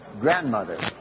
Grandmother